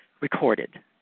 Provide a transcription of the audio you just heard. Recorded